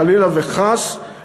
חלילה וחס,